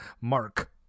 Mark